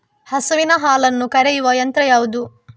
ಹಸುವಿನ ಹಾಲನ್ನು ಕರೆಯುವ ಯಂತ್ರ ಯಾವುದು?